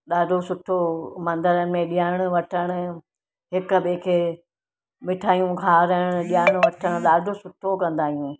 ॾाढो सुठो मंदरनि में ॾियणु वठणु हिक ॿिए खे मिठाइयूं खाराइणु ॾियणु वठणु ॾाढो सुठो कंदा आहियूं